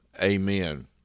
Amen